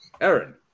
Aaron